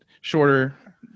shorter